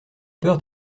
peur